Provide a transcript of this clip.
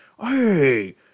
Hey